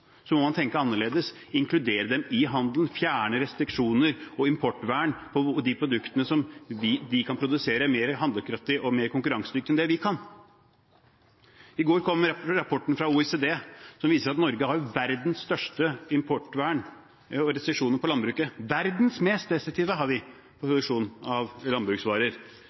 må man tenke annerledes – inkludere dem i handel, fjerne restriksjoner og importvern på de produktene som de kan produsere mer handlekraftig og mer konkurransedyktig enn det vi kan. I går kom rapporten fra OECD som viser at Norge har verdens største importvern og restriksjoner for landbruket – vi har verdens mest restriktive produksjon av landbruksvarer.